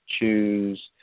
Choose